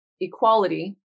equality